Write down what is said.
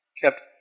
kept